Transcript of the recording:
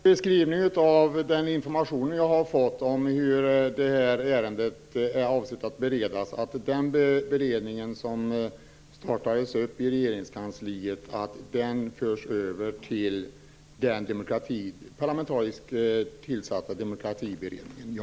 Herr talman! Det är en riktig beskrivning av den information som jag har fått om hur ärendet är avsett att beredas. Den beredning som påbörjades i Regeringskansliet skall föras över till den parlamentariskt tillsatta Demokratiberedningen, ja.